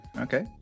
Okay